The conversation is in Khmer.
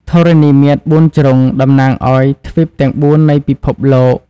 ធរណីមាត្របួនជ្រុង តំណាងឱ្យទ្វីបទាំងបួននៃពិភពលោក។